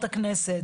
זה?